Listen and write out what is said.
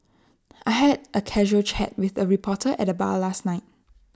I had A casual chat with A reporter at the bar last night